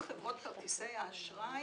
גם חברות כרטיסי האשראי